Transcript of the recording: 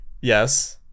Yes